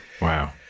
Wow